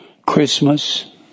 Christmas